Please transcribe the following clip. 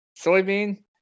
Soybean